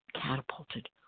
Catapulted